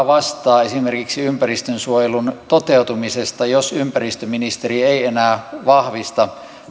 vastaa esimerkiksi ympäristönsuojelun toteutumisesta jos ympäristöministeri ei enää vahvista